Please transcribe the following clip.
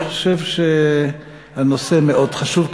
אני חושב שהנושא מאוד חשוב,